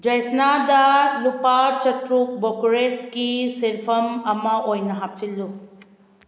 ꯌꯥꯏꯁꯅꯥꯗ ꯂꯨꯄꯥ ꯆꯥꯇ꯭ꯔꯨꯛ ꯕꯣꯀꯔꯦꯖꯁꯀꯤ ꯁꯦꯟꯐꯝ ꯑꯃ ꯑꯣꯏꯅ ꯍꯥꯞꯆꯤꯜꯂꯨ